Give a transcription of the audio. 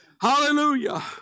Hallelujah